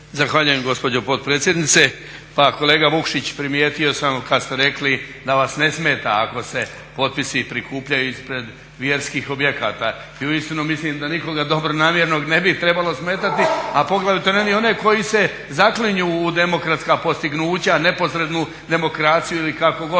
Zahvaljujem gospođo potpredsjednice. Pa kolega Vukšić primijetio sam kad ste rekli da vas ne smeta ako se potpisi prikupljaju ispred vjerskih objekata. I uistinu mislim da nikoga dobronamjernog ne bi trebalo smetati, a poglavito ne one koji se zaklinju u demokratska postignuća u neposrednu demokraciju ili kako god